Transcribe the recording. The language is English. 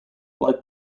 like